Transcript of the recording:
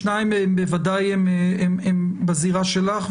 שניים מהם בוודאי הם בזירה שלך,